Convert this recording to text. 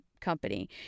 company